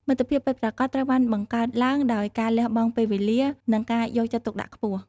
មិត្តភាពពិតប្រាកដត្រូវបានបង្កើតឡើងដោយការលះបង់ពេលវេលា និងការយកចិត្តទុកដាក់ខ្ពស់។